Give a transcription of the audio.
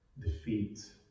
defeat